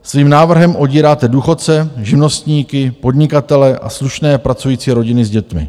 Svým návrhem odíráte důchodce, živnostníky, podnikatele a slušné pracující rodiny s dětmi.